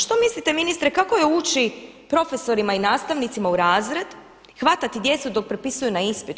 Što mislite ministre kako je ući profesorima i nastavnicima u razred, hvatati djecu dok prepisuju na ispitu?